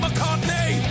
McCartney